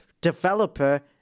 developer